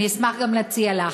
אני אשמח גם להציע לך.